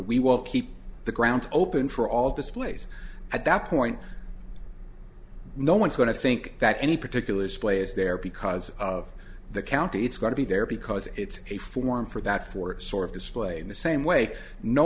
we will keep the ground open for all displays at that point no one's going to think that any particular splay is there because of the county it's going to be there because it's a form for that for it's sort of display in the same way no